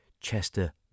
Chester